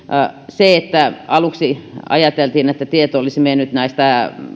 kun aluksi ajateltiin että tieto näistä henkilön